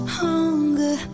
hunger